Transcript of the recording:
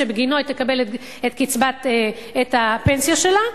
שבו היא תקבל את הפנסיה שלה,